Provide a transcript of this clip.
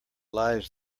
lies